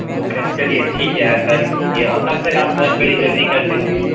अच्छा चलिए ठीक है आप करी दीजिए और कब तक आप घर पे डिलिवरी कर देंगे